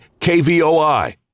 KVOI